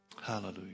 Hallelujah